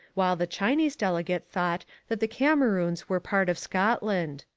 while the chinese delegate thought that the cameroons were part of scotland.